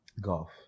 Golf